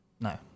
No